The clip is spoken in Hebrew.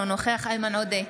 אינו נוכח איימן עודה,